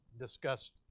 discussed